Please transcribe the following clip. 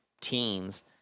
teens